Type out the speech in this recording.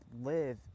live